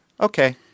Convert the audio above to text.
okay